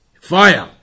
fire